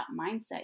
mindset